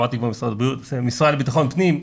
משרד לבט"פ,